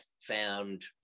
found